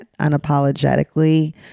unapologetically